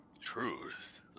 Truth